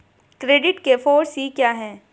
Credit के four C क्या हैं?